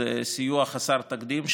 זה סיוע חסר תקדים,